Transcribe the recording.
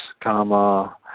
comma